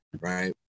right